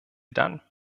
dann